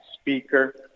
speaker